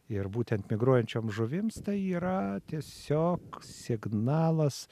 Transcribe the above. ir būtent migruojančiom žuvims tai yra tiesiog signalas